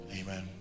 Amen